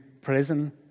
prison